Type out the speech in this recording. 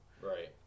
Right